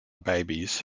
babies